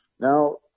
Now